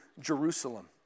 Jerusalem